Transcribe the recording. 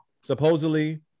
Supposedly